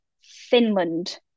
Finland